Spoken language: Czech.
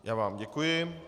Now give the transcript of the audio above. Já vám děkuji.